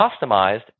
customized